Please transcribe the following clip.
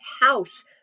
house